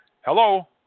Hello